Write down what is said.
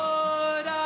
Lord